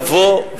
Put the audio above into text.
לבוא,